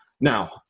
Now